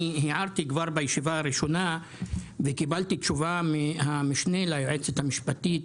אני הערתי כבר בישיבה הראשונה וקיבלתי תשובה מהמשנה ליועצת המשפטית,